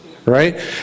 Right